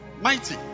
Mighty